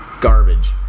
garbage